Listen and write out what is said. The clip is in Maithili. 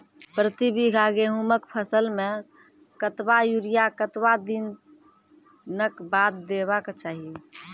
प्रति बीघा गेहूँमक फसल मे कतबा यूरिया कतवा दिनऽक बाद देवाक चाही?